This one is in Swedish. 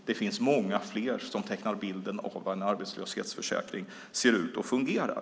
Det finns många fler som tecknar bilden av hur en arbetslöshetsförsäkring ser ut och fungerar.